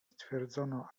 stwierdzono